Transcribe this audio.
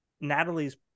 Natalie's